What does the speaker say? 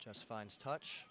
just finds touch